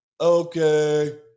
okay